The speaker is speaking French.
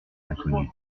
inconnu